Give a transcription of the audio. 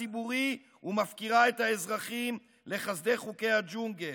הציבורי ומפקירה את האזרחים לחסדי חוקי הג'ונגל.